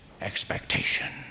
expectation